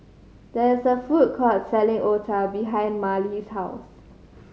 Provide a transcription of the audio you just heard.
there is a food court selling otah behind Marley's house